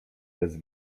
jest